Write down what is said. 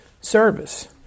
service